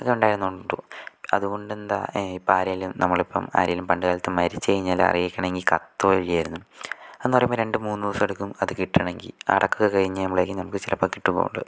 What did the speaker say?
അത് കണ്ടായിരുന്നു അതുകൊണ്ടെന്താ ഇപ്പം ആരേലും നമ്മളിപ്പം ആരേലും പണ്ട് കാലത്ത് മരിച്ച് കഴിഞ്ഞാൽ അത് അറിയിക്കണങ്കി കത്ത് വഴിയായിരുന്നു എന്ന് പറയുമ്പം രണ്ട് മൂന്ന് ദിവസം എടുക്കും അത് കിട്ടണങ്കി അടക്കക്കെ കഴിഞ്ഞ് കഴിയുമ്പളായിരിക്കും നമുക്ക് ചെലപ്പ കിട്ടുന്നോള്